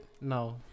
No